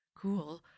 Cool